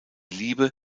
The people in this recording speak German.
liebe